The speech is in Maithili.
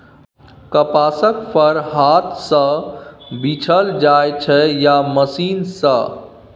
कपासक फर हाथ सँ बीछल जाइ छै या मशीन सँ